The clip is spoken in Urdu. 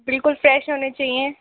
بالکل فریش ہونے چاہیے